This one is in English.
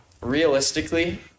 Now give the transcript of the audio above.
realistically